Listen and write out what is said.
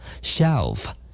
Shelf